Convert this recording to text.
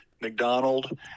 McDonald